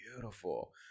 beautiful